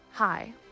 Hi